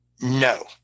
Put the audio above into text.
no